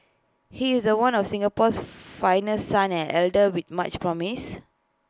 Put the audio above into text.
he is one of Singapore's finest sons and A leader with much promise